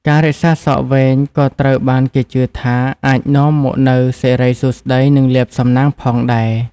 ការរក្សាសក់វែងក៏ត្រូវបានគេជឿថាអាចនាំមកនូវ សិរីសួស្តី និងលាភសំណាង ផងដែរ។